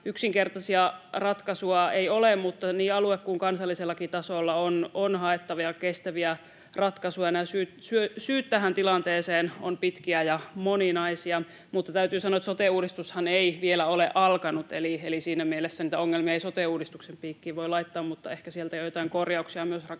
Yksinkertaisia ratkaisuja ei ole, mutta niin alue‑ kuin kansallisellakin tasolla on haettava kestäviä ratkaisuja. Syyt tähän tilanteeseen ovat pitkiä ja moninaisia. Täytyy sanoa, että sote-uudistushan ei vielä ole alkanut, eli siinä mielessä niitä ongelmia ei sote-uudistuksen piikkiin voi laittaa, mutta ehkä sieltä joitain korjauksia myös rakenneuudistuksista